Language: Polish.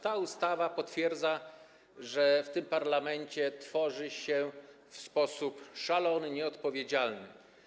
Ta ustawa potwierdza, że w tym parlamencie tworzy się w sposób szalony, nieodpowiedzialny.